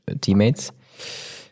teammates